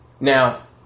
Now